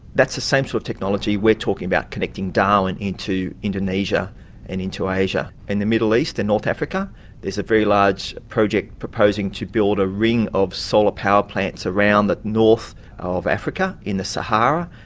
that's the same sort so of technology we're talking about connecting darwin into indonesia and into asia. in the middle east and north africa there's a very large project proposing to build a ring of solar power plants around the north of africa, in the sahara,